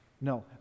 No